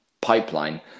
pipeline